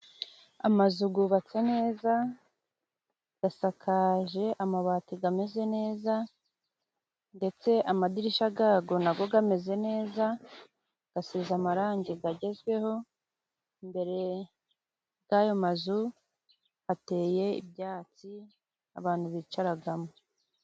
Amazu yubatse neza, asakaje amabati, ameze neza, ndetse amadirishya yazo nayo ameze neza, asize amarangi agezweho, imbere y'ayo mazu hateye ibyatsi abantu bicaramo.